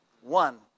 One